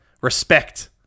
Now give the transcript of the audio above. respect